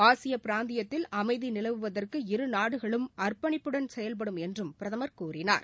ஆசிய பிராந்தியத்தில் அமைதி நிலவுவதற்கு இரு நாடுகளும் அர்ப்பணிப்புடன் செயல்படும் என்று பிரதமர் கூறினார்